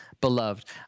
Beloved